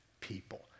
people